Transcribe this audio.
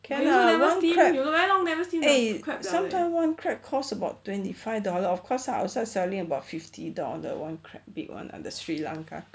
cannot lah crab eh sometime one crab costs about twenty five dollar of course lah outside also selling about fifty dollar one crab big one ah the sri lanka crab